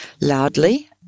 loudly